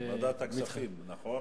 ועדת הכספים, נכון,